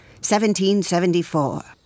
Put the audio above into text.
1774